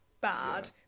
bad